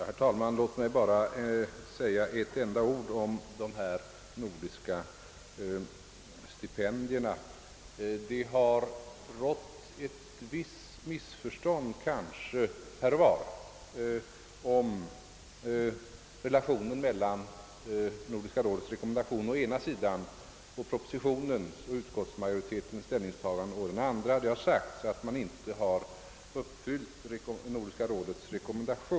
Herr talman! Låt mig säga några få ord om de nordiska författarstipendierna. Det har tydligen här och var blivit ett visst missförstånd om relationen mellan Nordiska rådets rekommendation å ena sidan och propositionens och utskottsmajoritetens ställningstagande å den andra. Det har sagts att man inte följt Nordiska rådets rekommendation.